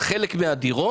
על חלק מהדירות,